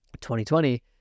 2020